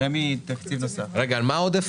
אני לא זוכרת בדיוק מה הקנס,